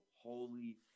Holy